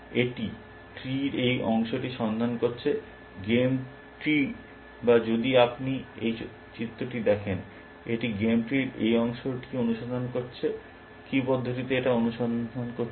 এটি ট্রির এই অংশটি অনুসন্ধান করছে গেম ট্রি বা যদি আপনি এই চিত্রটি দেখেন এটি গেম ট্রির এই অংশটি অনুসন্ধান করছে কী পদ্ধতিতে এটা অনুসন্ধান করছে